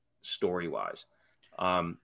story-wise